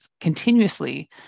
continuously